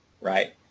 right